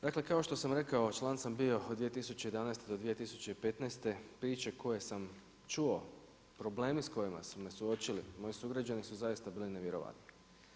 Dakle kako što sam rekao, član sam bio od 2011. do 2015., priče koje sam čuo, problemi s kojima su me suočili moji sugrađani su zaista bile nevjerojatne.